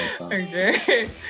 Okay